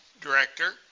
director